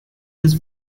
this